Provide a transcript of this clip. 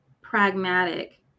pragmatic